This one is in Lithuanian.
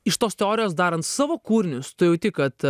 iš tos teorijos darant savo kūrinius tu jauti kad